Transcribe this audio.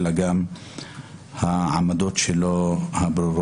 זה מלמדנו שהשיקום הוא בתוך